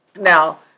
Now